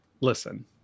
listen